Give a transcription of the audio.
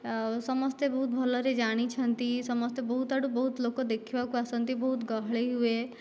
ଆଉ ସମସ୍ତେ ବହୁତ ଭଲରେ ଜାଣିଛନ୍ତି ସମସ୍ତେ ବହୁତ ଆଡ଼ୁ ବହୁତ ଲୋକ ଦେଖିବାକୁ ଆସନ୍ତି ବହୁତ ଗହଳି ହୁଏ